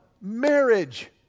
marriage